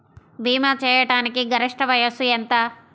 భీమా చేయాటానికి గరిష్ట వయస్సు ఎంత?